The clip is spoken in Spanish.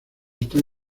están